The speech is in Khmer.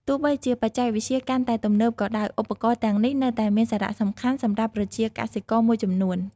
ទោះបីជាបច្ចេកវិទ្យាកាន់តែទំនើបក៏ដោយ ឧបករណ៍ទាំងនេះនៅតែមានសារៈសំខាន់សម្រាប់ប្រជាកសិករមួយចំនួន។